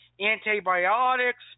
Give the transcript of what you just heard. antibiotics